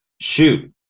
shoot